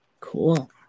Cool